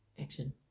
action